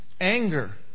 anger